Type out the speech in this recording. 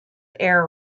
air